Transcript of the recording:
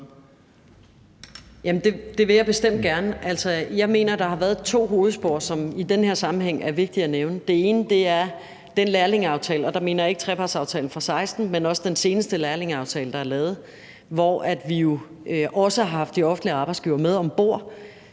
Det vil jeg bestemt gerne, og jeg mener, at der har været to hovedspor, som i den her sammenhæng er vigtige at nævne. Det ene er lærlingeaftalen, og der mener jeg ikke trepartsaftalen fra 2016, men den seneste lærlingeaftale, der er lavet, hvor vi jo også har haft de offentlige arbejdsgivere med om bord,